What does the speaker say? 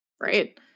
right